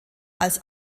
als